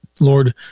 Lord